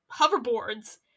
hoverboards